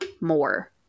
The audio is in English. more